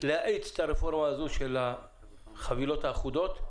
להאיץ את הרפורמה הזו של החבילות האחודות,